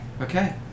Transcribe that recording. Okay